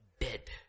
dead